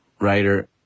writer